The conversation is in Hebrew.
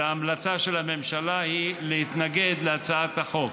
ההמלצה של הממשלה היא להתנגד להצעת החוק.